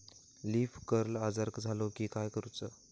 Leaf curl आजार झालो की काय करूच?